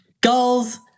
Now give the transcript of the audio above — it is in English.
Goals